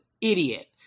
idiot